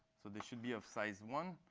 so this should be of size one.